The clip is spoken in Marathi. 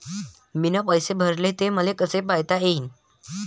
मीन पैसे भरले, ते मले कसे पायता येईन?